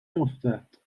افتد